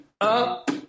Up